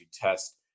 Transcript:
test